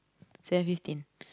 seven fifteen